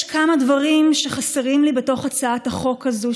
יש כמה דברים שחסרים לי בתוך הצעת החוק הזאת,